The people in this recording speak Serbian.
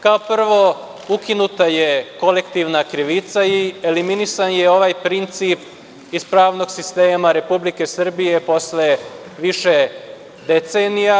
Kao prvo, ukinuta je kolektivna krivica i eliminisan je ovaj princip iz pravnog sistema Republike Srbije posle više decenija.